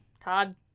Todd